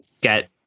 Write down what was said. get